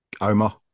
Omar